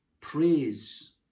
Praise